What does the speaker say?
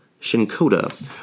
Shinkoda